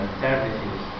services